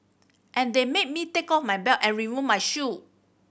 and they made me take off my belt and remove my shoe